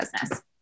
business